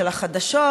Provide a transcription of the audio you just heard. של החדשות,